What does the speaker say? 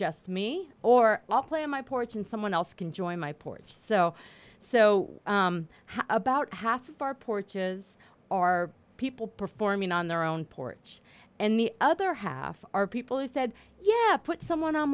just me or i'll play on my porch and someone else can join my porch so so how about half our porches are people performing on their own porch and the other half are people who said yeah put someone on